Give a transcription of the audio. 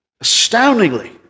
astoundingly